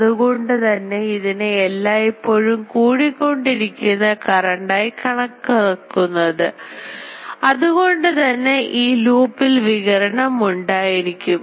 അതുകൊണ്ടാണ് ഇതിനെ എല്ലായ്പ്പോഴും കൂടിക്കൊണ്ടിരിക്കുന്ന കറണ്ട് ആയി കണക്കാക്കുന്നത് അതുകൊണ്ട് തന്നെ ഈ ലുപ്പിൽ വികിരണം ഉണ്ടായിരിക്കും